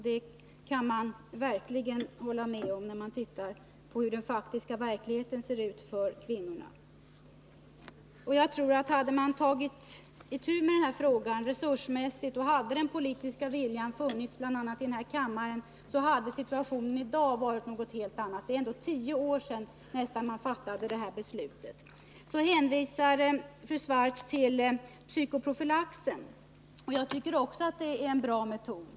Det kan man verkligen hålla med om, när man ser på hur den faktiska verkligheten för kvinnorna ser ut. Hade man tagit itu med den här frågan resursmässigt och hade den politiska viljan funnits, bl.a. här i kammaren, så hade situationen i dag varit en helt annan. Det är ändå nästan tio år sedan man fattade det här beslutet. Fru Swartz hänvisade till psykoprofylaxen. Jag tycker också det är en bra metod.